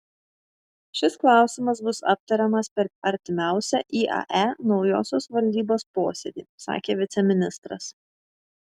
šis klausimas bus aptariamas per artimiausią iae naujosios valdybos posėdį sakė viceministras